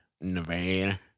Nevada